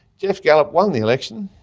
geoff gallop won the election.